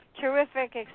terrific